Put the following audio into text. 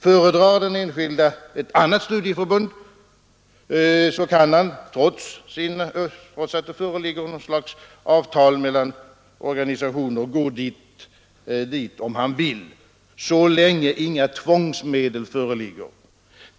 Föredrar den enskilde ett annat studieförbund kan han, trots att det föreligger avtal mellan organisationer, gå dit om han vill — så länge inga tvångsmedel föreligger.